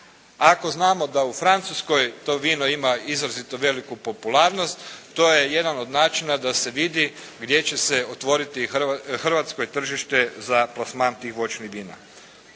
Ako znamo da u Francuskoj to vino ima izrazito veliku popularnost to je jedan od načina da se vidi gdje će se otvoriti hrvatsko tržište za plasman tih voćnih vina.